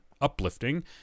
uplifting